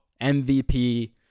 MVP